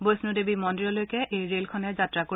বৈষ্ণোদেৱী মন্দিৰলৈকে এই ৰেলখনে যাত্ৰা কৰিব